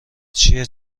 چیه